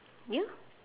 you